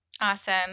Awesome